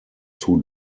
two